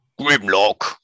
Grimlock